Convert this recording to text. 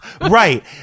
right